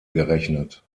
gerechnet